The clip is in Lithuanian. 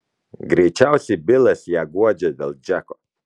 greičiausiai bilas ją guodžia dėl džeko